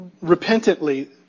repentantly